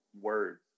words